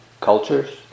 cultures